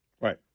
Right